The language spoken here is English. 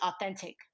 authentic